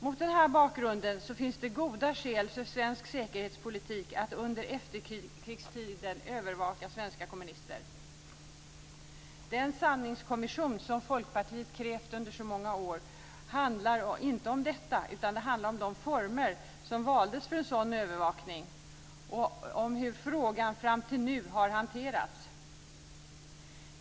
Mot den bakgrunden fanns det goda skäl för svensk säkerhetspolis att under efterkrigstiden övervaka svenska kommunister. Den sanningskommission som Folkpartiet krävt under många år handlar inte om detta utan om de former som valdes för en sådan övervakning och om hur frågan fram till nu har hanterats.